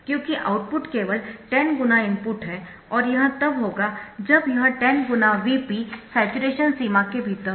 क्योंकि आउटपुट केवल 10 × इनपुट है और यह तब होगा जब यह 10 × Vp स्याचुरेशन सीमा के भीतर हो